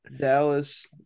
Dallas